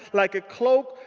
like a cloak.